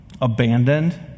abandoned